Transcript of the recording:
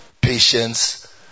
patience